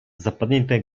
zapadniętej